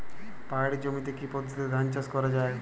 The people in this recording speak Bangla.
পাহাড়ী জমিতে কি পদ্ধতিতে ধান চাষ করা যায়?